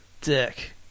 dick